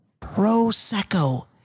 Prosecco